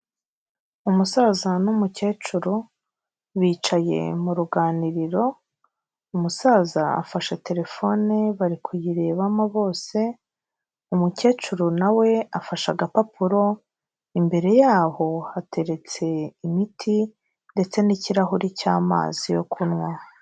Umusaza n'umukecuru bicaye mu ruganiriro, umusaza afashe telefone bari kuyirebamo bose, umukecuru na we afashe agapapuro, imbere yaho hateretse imiti ndetse n'ikirahuri cy'amazi yo kunywa.